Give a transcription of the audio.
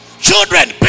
Children